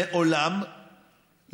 מעולם,